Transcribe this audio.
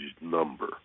number